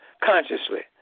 consciously